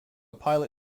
pilot